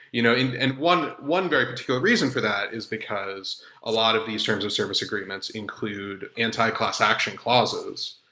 you know and and one one very particular reason for that is because a lot of these terms of service agreements include anti class-action clauses.